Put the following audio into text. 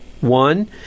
One